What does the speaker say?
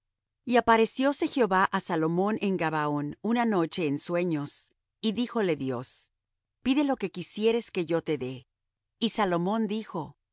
y aparecióse jehová á salomón en gabaón una noche en sueños y díjo le dios pide lo que quisieres que yo te dé y salomón dijo tú